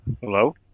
hello